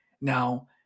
Now